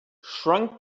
shrunk